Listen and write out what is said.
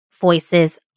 voices